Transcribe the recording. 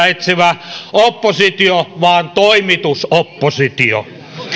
etsivä oppositio vaan toimitusoppositio